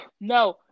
No